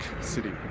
City